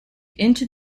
into